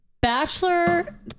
Bachelor